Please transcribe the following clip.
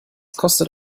kostet